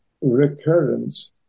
recurrence